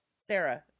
Sarah